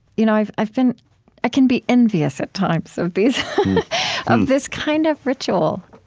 you know i've i've been i can be envious at times of these of this kind of ritual,